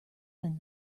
than